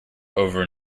over